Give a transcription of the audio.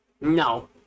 No